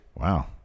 Wow